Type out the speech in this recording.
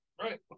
Right